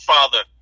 Father